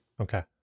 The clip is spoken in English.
Okay